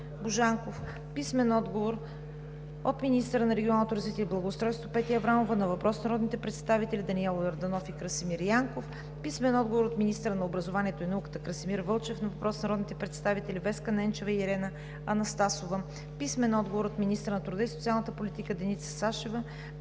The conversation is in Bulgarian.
Божанков; - министъра на регионалното развитие и благоустройството Петя Аврамова на въпрос от народните представители Даниел Йорданов и Красимир Янков; - министъра на образованието и науката Красимир Вълчев на въпрос от народните представители Веска Ненчева и Ирена Анастасова; - министъра на труда и социалната политика Деница Сачева